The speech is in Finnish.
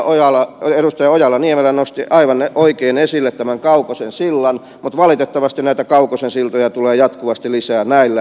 edustaja ojala niemelä nosti aivan oikein esille tämän kaukosen sillan mutta valitettavasti näitä kaukosen siltoja tulee jatkuvasti lisää näillä määrärahoilla